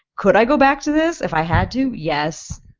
could i go back to this if i had to? yes,